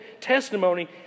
testimony